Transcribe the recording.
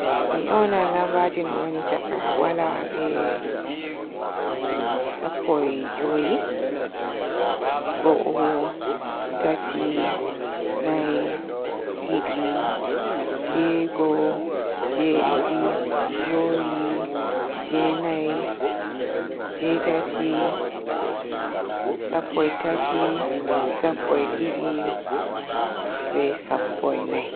Mi yoonan lambaji no wooni caaka waala be sappo e joowi. Go'o, tati, nayi, didi, jeego, jedidi, joowi, jenayi, jetati, sappo e tati, sappo e didi, be sappo e nayi.